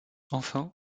enfin